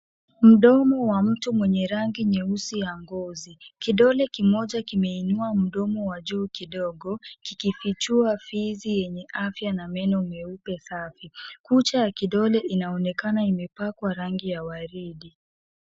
Mdomo wa mtu mwenye rangi nyeusi ya ngozi, kidole kimoja kime inua mdomo wa juu kidogo kikifichua fizi na afya ya meno meupe safi. Kucha ya kidole inaonekana imepakwa rangi ya waridi.